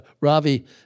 Ravi